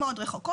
לא, את טועה.